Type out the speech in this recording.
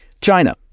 China